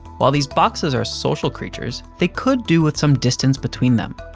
while these boxes are social creatures, they could do with some distance between them.